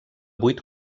vuit